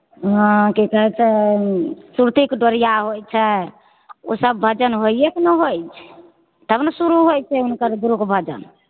हॅं की कहै छै सुवतिक डोरिया होइ छै ओ सब भजन होइयेक ने होइ छै तब ने सुरू होइ छै हुनकर गुरुके भजन